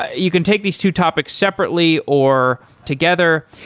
ah you can take these two topics separately or together.